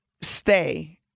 stay